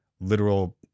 literal